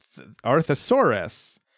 Arthosaurus